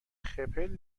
خپل